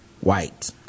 white